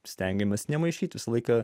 stengiamės nemaišyti visą laiką